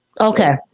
Okay